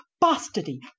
bastardy